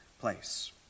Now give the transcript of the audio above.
place